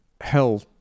hell